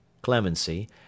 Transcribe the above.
Clemency